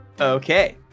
Okay